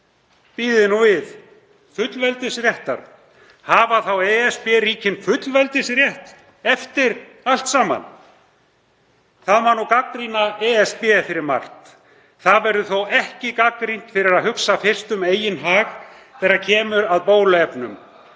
þið nú við, fullveldisréttar? Hafa þá ESB-ríkin fullveldisrétt eftir allt saman? Það má gagnrýna ESB fyrir margt. Það verður þó ekki gagnrýnt fyrir að hugsa fyrst um eigin hag þegar kemur að bóluefnum.